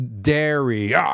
dairy